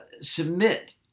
submit